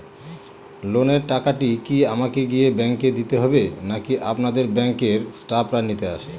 লোনের টাকাটি কি আমাকে গিয়ে ব্যাংক এ দিতে হবে নাকি আপনাদের ব্যাংক এর স্টাফরা নিতে আসে?